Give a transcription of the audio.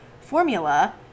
formula